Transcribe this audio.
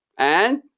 and?